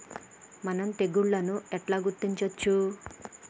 మనం తెగుళ్లను ఎట్లా గుర్తించచ్చు?